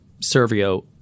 Servio